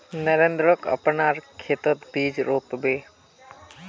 नरेंद्रक अपनार खेतत बीज रोप बे